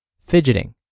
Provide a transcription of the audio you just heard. fidgeting